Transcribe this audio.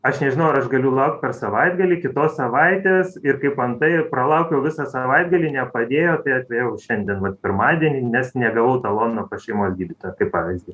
aš nežinau ar aš galiu laukt per savaitgalį kitos savaitės ir kaip antai pralaukiau visą savaitgalį nepadėjo tai atėjau šiandien vat pirmadienį nes negavau talono pas šeimos gydytoją kaip pavyzdį